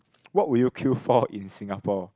what would you queue for in Singapore